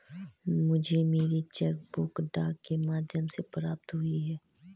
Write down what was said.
मुझे मेरी cheque book डाक के माध्यम से प्राप्त हुई है